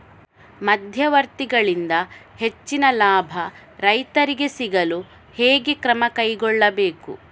ಮಧ್ಯವರ್ತಿಗಳಿಂದ ಹೆಚ್ಚಿನ ಲಾಭ ರೈತರಿಗೆ ಸಿಗಲು ಹೇಗೆ ಕ್ರಮ ಕೈಗೊಳ್ಳಬೇಕು?